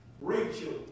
Rachel